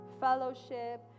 fellowship